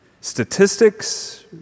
statistics